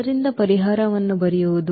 ಇದರಿಂದ ಪರಿಹಾರವನ್ನು ಬರೆಯುವುದು